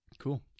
cool